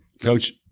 Coach